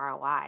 ROI